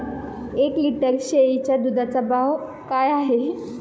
एक लिटर शेळीच्या दुधाचा भाव काय आहे?